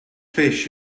fish